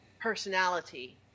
personality